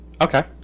Okay